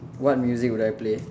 what music would I play